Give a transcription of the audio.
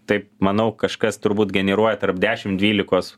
taip manau kažkas turbūt generuoja tarp dešim dvylikos